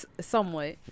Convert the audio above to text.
Somewhat